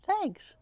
Thanks